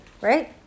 right